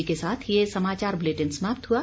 इसी के साथ ये समाचार बुलेटिन समाप्त हुआ